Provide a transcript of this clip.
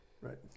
Right